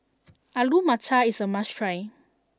Alu Matar is a must try